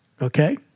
Okay